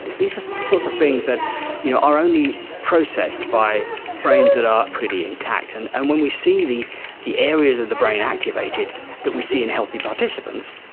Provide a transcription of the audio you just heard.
these are the sorts of things that you know are only processed by brains that are pretty intact. and and when we see the the areas of the brain activated that we see in healthy participants,